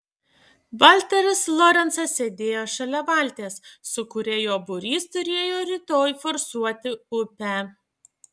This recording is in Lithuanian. valteris lorencas sėdėjo šalia valties su kuria jo būrys turėjo rytoj forsuoti upę